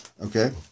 okay